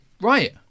Right